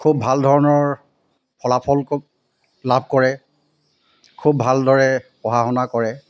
খুব ভাল ধৰণৰ ফলাফল লাভ কৰে খুব ভালদৰে পঢ়া শুনা কৰে